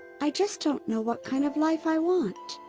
i just don't know what kind of life i want!